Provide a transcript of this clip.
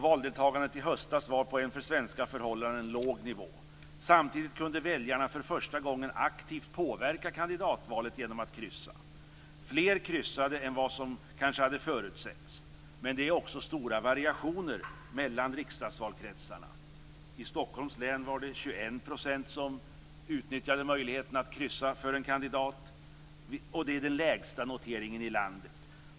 Valdeltagandet i höstas var på en för svenska förhållanden låg nivå. Samtidigt kunde väljarna för första gången aktivt påverka kandidatvalet genom att kryssa. Fler kryssade än vad som kanske hade förutsetts. Men det är stora variationer mellan riksdagsvalkretsarna. I Stockholms län var det 21 % som utnyttjade möjligheterna att kryssa för en kandidat, vilket är lägsta noteringen i landet.